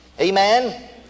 Amen